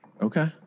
okay